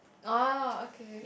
orh okay